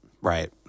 right